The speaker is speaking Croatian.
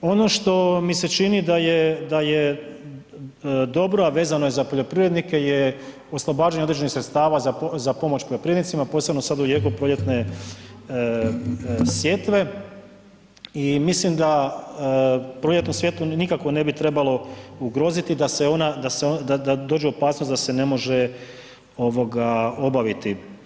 Ono što mi se čini da je dobro a vezano je za poljoprivrednike je oslobađanje određenih sredstava za pomoć poljoprivrednicima, posebno sad u jeku proljetne sjetve i mislim da proljetnu sjetvu nikako ne bi trebalo ugroziti da dođe u opasnost da se ne može obaviti.